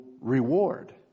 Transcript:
reward